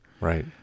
Right